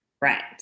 right